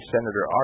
Senator